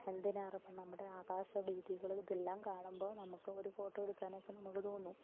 എന്തിനേറെയിപ്പം നമ്മുടെ ആകാശവീഥികളിതെല്ലാം കാണുമ്പോൾ നമുക്ക് ഒരു ഫോട്ടോ എടുക്കാനൊക്കെ നമുക്ക് തോന്നും